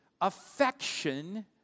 affection